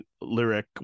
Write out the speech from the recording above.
lyric